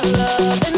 love